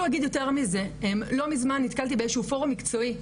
יותר מזה לא מזמן נתקלתי באיזשהו פורום מקצועי,